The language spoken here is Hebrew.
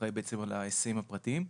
אני אחראי על ההיסעים הפרטיים.